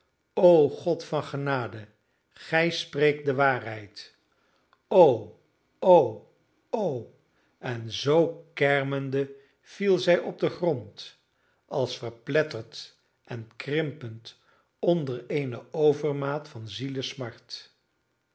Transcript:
o god van genade gij spreekt de waarheid o o o en zoo kermende viel zij op den grond als verpletterd en krimpend onder eene overmaat van